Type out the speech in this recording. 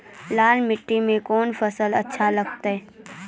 लाल मिट्टी मे कोंन फसल अच्छा लगते?